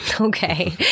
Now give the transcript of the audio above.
Okay